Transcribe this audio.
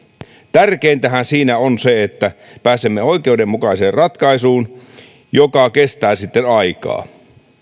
tärkeintähän siinä on se että pääsemme oikeudenmukaiseen ratkaisuun joka kestää sitten aikaa